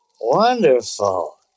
Wonderful